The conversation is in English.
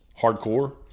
hardcore